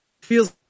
feels